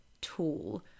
tool